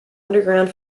underground